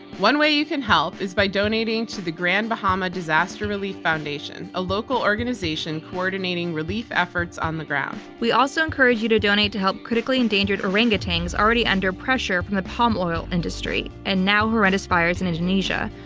one way you can help is by donating to the grand bahama disaster relief foundation, a local organization coordinating relief efforts on the ground. we also encourage you to donate to help critically endangered orangutans already under pressure from the palm oil industry, and now, horrendous fires in indonesia.